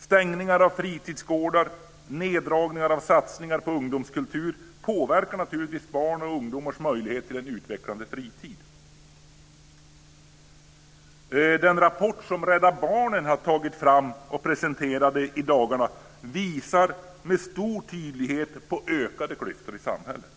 Stängningar av fritidsgårdar, neddragningar av satsningar på ungdomskultur påverkar naturligtvis barns och ungdomars möjlighet till en utvecklande fritid. Den rapport som Rädda Barnen har tagit fram och som presenterades i dagarna visar med stor tydlighet på ökade klyftor i samhället.